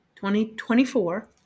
2024